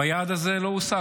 והיעד הזה לא הושג.